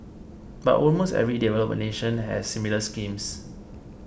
but almost every developed nation has similar schemes